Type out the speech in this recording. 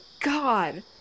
god